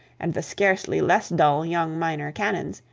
and the scarcely less dull young minor canons,